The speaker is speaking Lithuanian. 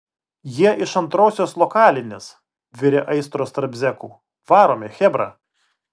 jie iš antrosios lokalinės virė aistros tarp zekų varome chebra